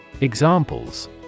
Examples